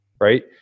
right